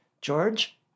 George